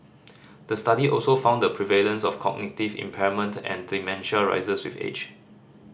the study also found the prevalence of cognitive impairment and dementia rises with age